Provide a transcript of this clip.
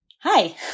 Hi